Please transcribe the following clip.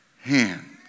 hands